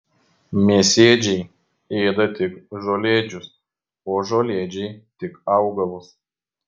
mėsėdžiai ėda tik žolėdžius o žolėdžiai tik augalus